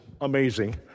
amazing